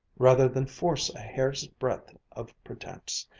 rather than force a hair's breadth of pretense.